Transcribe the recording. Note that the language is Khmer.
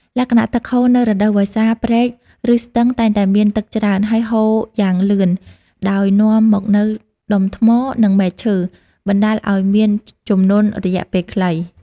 លក្ខណៈទឹកហូរនៅរដូវវស្សា ព្រែក ឬស្ទឹងតែងតែមានទឹកច្រើន ហើយហូរយ៉ាងលឿន ដោយនាំមកនូវដុំថ្ម និងមែកឈើ បណ្តាលឱ្យមាន ជំនន់រយៈពេលខ្លី។